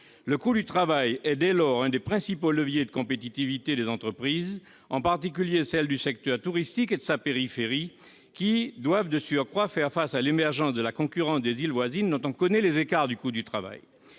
Le coût du travail est, dès lors, un des principaux leviers de compétitivité des entreprises, en particulier de celles du secteur touristique et de sa périphérie, qui doivent, de surcroît, faire face à l'émergence de la concurrence des îles voisines, dont on connaît les écarts en matière de coût du travail.